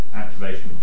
activation